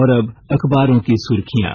और अब अखबारों की सुर्खियां